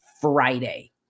Friday